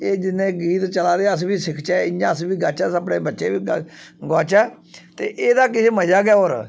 एह् जिन्ने गीत चला दे अस बी सिक्खचै इ'यां अस बी गाच्चै अस अपने बच्चें गी बी गच गोआचै ते एह्दा किश मजा गै होर